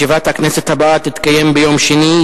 ישיבת הכנסת הבאה תתקיים ביום שני,